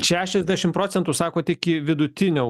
šešiasdešimt procentų sakot iki vidutinio